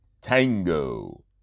Tango